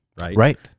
Right